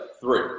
three